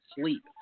sleep